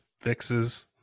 fixes